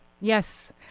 Yes